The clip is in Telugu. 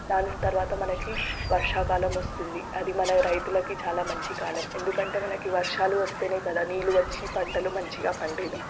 దాని తరువాత మనకి వర్షాకాలం వస్తుంది అది మన రైతులకి చాలా మంచి కాలం ఎందుకంటే మనకి వర్షాలు వస్తేనే కదా నీళ్ళు వచ్చి పంటలు మంచిగా పండేది